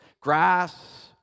grass